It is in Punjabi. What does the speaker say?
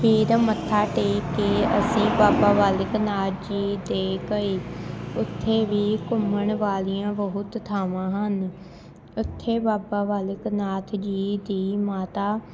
ਫਿਰ ਮੱਥਾ ਟੇਕ ਕੇ ਅਸੀਂ ਬਾਬਾ ਬਾਲਕ ਨਾਥ ਜੀ ਦੇ ਗਏ ਉੱਥੇ ਵੀ ਘੁੰਮਣ ਵਾਲੀਆਂ ਬਹੁਤ ਥਾਵਾਂ ਹਨ ਉੱਥੇ ਬਾਬਾ ਬਾਲਕ ਨਾਥ ਜੀ ਦੀ ਮਾਤਾ